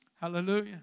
Hallelujah